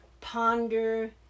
ponder